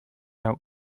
out